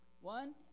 One